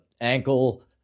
ankle